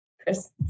Chris